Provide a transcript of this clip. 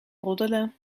roddelen